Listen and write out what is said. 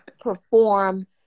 perform